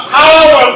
power